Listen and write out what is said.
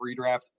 redraft